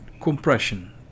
compression